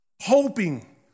hoping